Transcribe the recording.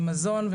המזון,